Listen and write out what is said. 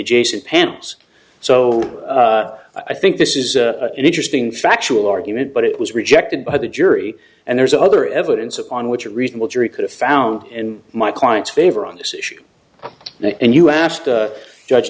adjacent panels so i think this is an interesting factual argument but it was rejected by the jury and there's other evidence on which a reasonable jury could have found in my client's favor on this issue and you asked a judge